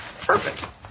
Perfect